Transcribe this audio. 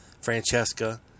Francesca